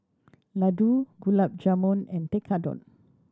Ladoo Gulab Jamun and Tekkadon